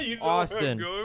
Austin